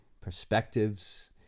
perspectives